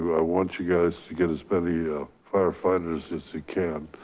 i want you guys to get as many ah firefighters as you can,